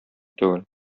түгел